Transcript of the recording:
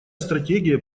стратегия